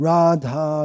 Radha